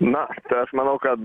na tai aš manau kad